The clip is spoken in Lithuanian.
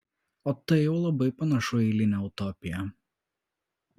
o tai jau labai panašu į eilinę utopiją